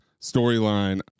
storyline